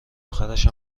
آخرش